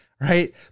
right